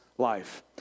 life